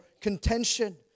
contention